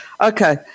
okay